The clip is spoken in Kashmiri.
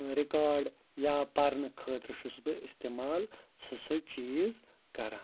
رِکاڈ یا پَرنہٕ خٲطرٕ چھُس بہٕ اِستعمال سُہ سُہ چیٖز کران